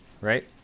right